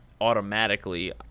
automatically